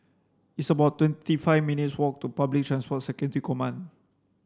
it's about twenty five minutes' walk to Public Transport Security Command